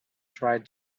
tried